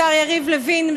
השר יריב לוין,